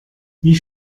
wie